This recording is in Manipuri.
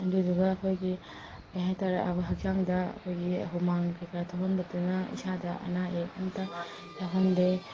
ꯑꯗꯨꯗꯨꯒ ꯑꯩꯈꯣꯏꯒꯤ ꯀꯔꯤ ꯍꯥꯏꯇꯔꯦ ꯑꯩꯈꯣꯏ ꯍꯛꯆꯥꯡꯗ ꯑꯩꯈꯣꯏꯒꯤ ꯍꯨꯃꯥꯡ ꯀꯩꯀꯥ ꯊꯣꯛꯍꯟꯕꯗꯨꯅ ꯏꯁꯥꯗ ꯑꯅꯥ ꯑꯌꯦꯛ ꯑꯝꯇ ꯌꯥꯎꯍꯟꯗꯦ